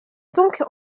donc